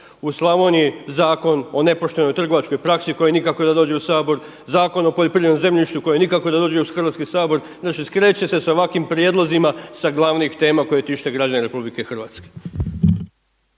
u Slavoniji Zakon o nepoštenoj trgovačkoj praksi koji nikako da dođe u Sabor, Zakon o poljoprivrednom zemljištu koji nikako da dođe u Hrvatski sabor, znači skreće se s ovakvim prijedlozima sa glavnih tema koje tište građane RH.